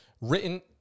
written